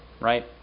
right